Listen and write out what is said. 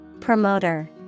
Promoter